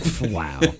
Wow